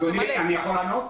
אדוני, אני יכול לענות?